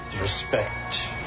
Respect